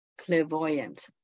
clairvoyant